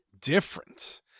different